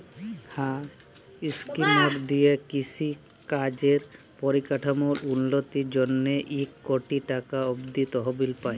হাঁ ইস্কিমট দিঁয়ে কিষি কাজের পরিকাঠামোর উল্ল্যতির জ্যনহে ইক কটি টাকা অব্দি তহবিল পায়